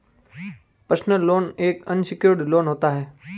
personal loan एक unsecured loan होता है